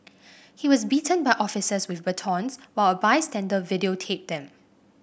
he was beaten by officers with batons while a bystander videotaped them